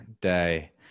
day